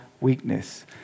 weakness